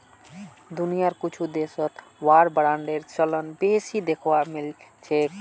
दुनियार कुछु देशत वार बांडेर चलन बेसी दखवा मिल छिले